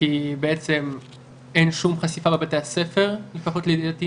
כי בעצם אין שום חשיפה בבתי הספר לפחות לדעתי